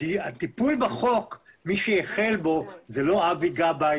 מי שהחל בטיפול בחוק הוא לא אבי גבאי